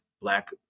Black